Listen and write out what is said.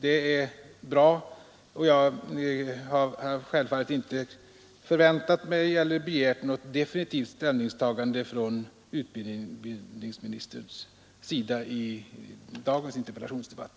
Det är bra; jag hade självfallet inte förväntat mig något definitivt ställningstagande från utbildningsministerns sida i dagens interpellationsdebatt.